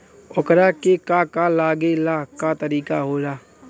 ओकरा के का का लागे ला का तरीका होला?